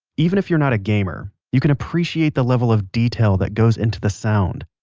even if you're not a gamer, you can appreciate the level of detail that goes into the sound.